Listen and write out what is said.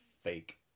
fake